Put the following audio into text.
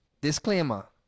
disclaimer